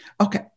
okay